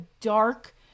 dark